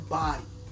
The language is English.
body